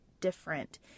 different